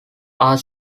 are